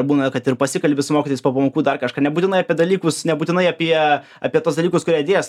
būna kad ir pasikalbi su mokytis po pamokų dar kažką nebūtinai apie dalykus nebūtinai apie apie tuos dalykus kur jie dėsto